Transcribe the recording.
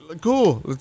cool